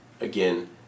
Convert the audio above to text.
again